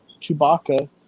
Chewbacca